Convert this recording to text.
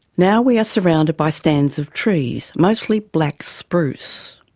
now we are surrounded by stands of trees, mostly black spruce.